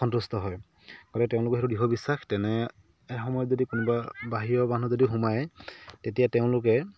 অসন্তুষ্ট হয় গতিকে তেওঁলোকৰ সেইটো দৃঢ় বিশ্বাস তেনে সময়ত যদি কোনোবা বাহিৰৰ মানুহ যদি সোমাই তেতিয়া তেওঁলোকে